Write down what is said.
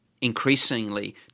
increasingly